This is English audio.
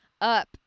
up